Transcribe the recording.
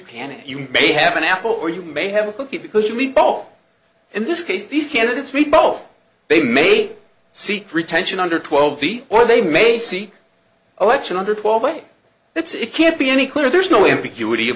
panic you may have an apple or you may have a cookie because you mean ball in this case these candidates read both they may seek retention under twelve feet or they may see election under twelve and that's it can't be any clearer there's no ambiguity